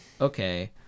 okay